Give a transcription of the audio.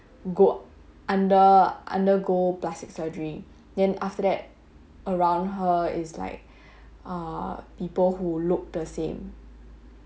go under undergo plastic surgery then after that around her is like ah people who look the same